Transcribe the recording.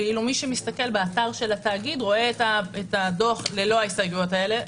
ואילו מי שמסתכל באתר התאגיד רואה את הדוח ללא ההסתייגויות האלה.